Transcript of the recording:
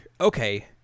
okay